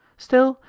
still,